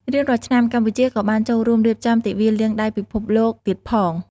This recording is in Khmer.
រៀងរាល់ឆ្នាំ កម្ពុជាក៏បានចូលរួមរៀបចំ ទិវាលាងដៃពិភពលោកទៀតផង។